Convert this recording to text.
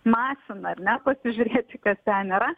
masina ar ne pasižiūrėti kas ten yra